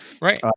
right